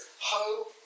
hope